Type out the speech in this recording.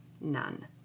None